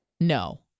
No